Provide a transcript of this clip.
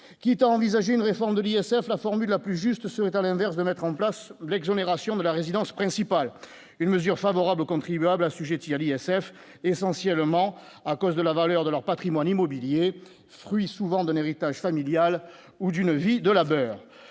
quitte à envisager une réforme de l'ISF, la formule la plus juste serait à l'inverse, de mettre en place l'exonération de la résidence principale, une mesure favorable aux contribuables assujettis à l'ISF, essentiellement à cause de la valeur de leur Patrimoine immobilier fruit souvent d'un héritage familial ou d'une vie de labeur,